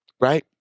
Right